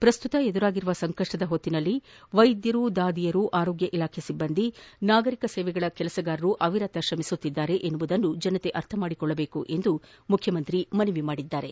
ಪ್ರಸ್ತುತ ಎದುರಾಗಿರುವ ಸಂಕಷ್ವದ ಸಂದರ್ಭದಲ್ಲಿ ವೈದ್ಯರು ದಾದಿಯರು ಆರೋಗ್ಯ ಇಲಾಖೆ ಸಿಬ್ಬಂದಿ ನಾಗರಿಕ ಸೇವೆಗಳ ಕೆಲಸಗಾರರು ಅವಿರತೆ ಶ್ರಮಿಸುತ್ತಿದ್ದಾರೆ ಎನ್ನುವುದನ್ನು ಜನತೆ ಮಾಡಿಕೊಳ್ಳಬೇಕು ಮುಖ್ಯಮಂತ್ರಿ ಮನವಿ ಮಾಡಿದ್ದಾರೆ